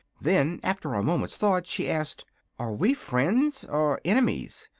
then, after a moment's thought, she asked are we friends or enemies?